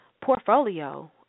portfolio